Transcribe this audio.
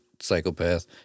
psychopath